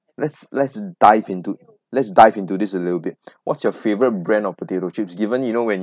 let's let's dive into let's dive into this a little bit what's your favorite brand of potato chips given you know when